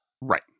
Right